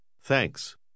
Thanks